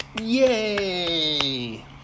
Yay